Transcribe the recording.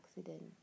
accident